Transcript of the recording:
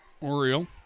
Oriole